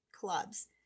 clubs